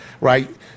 right